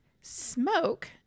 Smoke